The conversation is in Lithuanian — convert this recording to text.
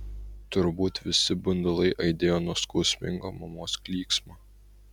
turbūt visi bundulai aidėjo nuo skausmingo mamos klyksmo